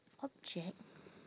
object